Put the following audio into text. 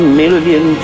million